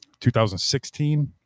2016